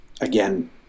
again